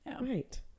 Right